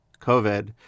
COVID